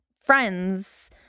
friends